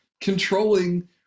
controlling